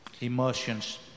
emotions